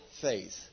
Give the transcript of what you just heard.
faith